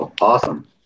Awesome